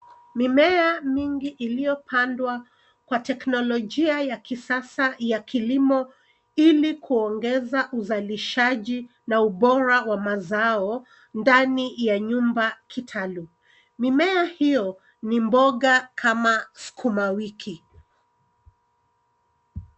Mimea mingi iliyopandwa kwa teknolojia ya kisasa ya kilimo ili kuongeza uzalishaji na ubora wa mazao ndani ya nyumba kitalu. Mimea hiyo ni mboga kama sukuma wiki.